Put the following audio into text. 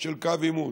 של קו עימות.